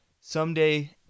someday